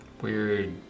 weird